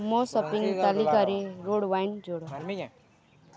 ମୋ ସପିଂ ତାଲିକାରେ red wine ଯୋଡ଼